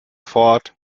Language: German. ford